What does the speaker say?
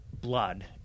blood